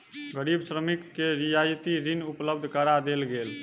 गरीब श्रमिक के रियायती ऋण उपलब्ध करा देल गेल